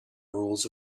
rules